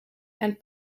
and